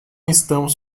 estamos